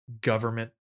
government